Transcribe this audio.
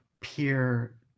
peer